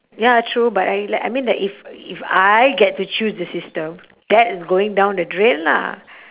ya true but I like I mean like if if I get to choose the system that is going down the drain lah